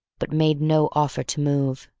but made no offer to move.